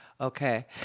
Okay